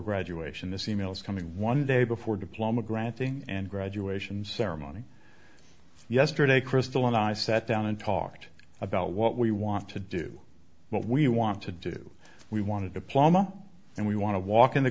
graduation this e mails coming one day before diploma granting and graduation ceremony yesterday crystal and i sat down and talked about what we want to do what we want to do we want to diploma and we want to walk in the